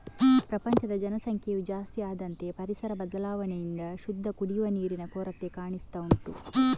ಪ್ರಪಂಚದ ಜನಸಂಖ್ಯೆಯು ಜಾಸ್ತಿ ಆದಂತೆ ಪರಿಸರ ಬದಲಾವಣೆಯಿಂದ ಶುದ್ಧ ಕುಡಿಯುವ ನೀರಿನ ಕೊರತೆ ಕಾಣಿಸ್ತಾ ಉಂಟು